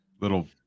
little